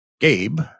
Gabe